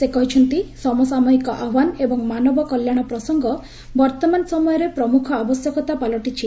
ସେ କହିଛନ୍ତି ସମସାମୟିକ ଆହ୍ୱାନ ଏବଂ ମାନବ କଲ୍ୟାଣ ପ୍ରସଙ୍ଗ ବର୍ତ୍ତମାନ ସମୟରେ ପ୍ରମୁଖ ଆବଶ୍ୟକତା ପାଲଟିଛି